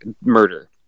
murder